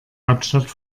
hauptstadt